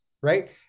Right